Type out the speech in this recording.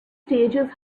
stages